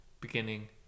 ...beginning